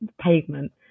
pavement